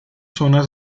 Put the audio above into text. zonas